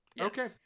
Okay